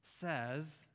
says